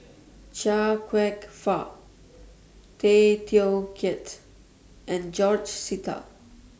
Chia Kwek Fah Tay Teow Kiat and George Sita